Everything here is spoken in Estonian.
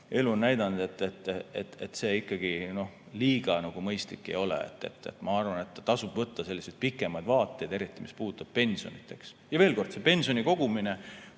elu on näidanud, et see ikkagi liiga mõistlik ei ole. Ma arvan, tasub võtta selliseid pikemaid vaateid, eriti mis puudutab pensione. Ja veel kord: kui inimene